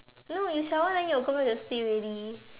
no you shower then you go back to sleep already